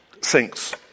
sinks